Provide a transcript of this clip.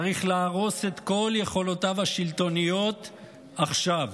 צריך להרוס את כל יכולותיו השלטוניות עכשיו.